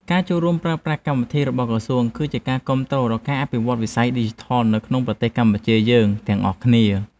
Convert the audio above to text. ការចូលរួមប្រើប្រាស់កម្មវិធីរបស់ក្រសួង គឺជាការគាំទ្រដល់ការអភិវឌ្ឍន៍វិស័យឌីជីថលនៅក្នុងប្រទេសកម្ពុជាយើងទាំងអស់គ្នា។